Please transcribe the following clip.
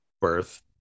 birth